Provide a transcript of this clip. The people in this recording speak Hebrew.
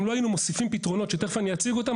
אם לא היינו מוסיפים פתרונות שתיכף אני אציג אותם,